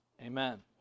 amen